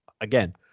again